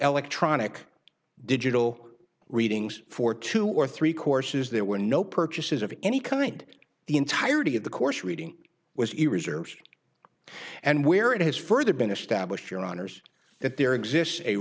elec tronic digital readings for two or three courses there were no purchases of any kind the entirety of the course reading was a reserve and where it has further been established your honour's that there exists a